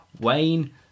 Wayne